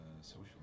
social